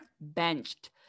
benched